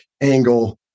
angle